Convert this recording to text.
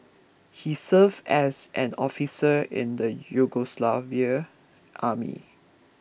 he served as an officer in the Yugoslav army